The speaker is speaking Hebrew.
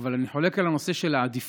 אבל אני חולק על הנושא של העדיפות.